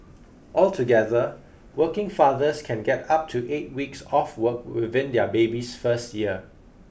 altogether working fathers can get up to eight weeks off work within their baby's first year